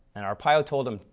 and arpaio told them,